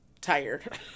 tired